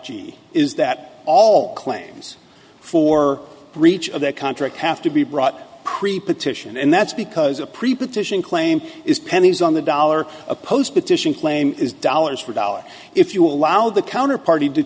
g is that all claims for breach of contract have to be brought creep petition and that's because a preposition claim is pennies on the dollar a post petition claim is dollars for dollar if you allow the counter party to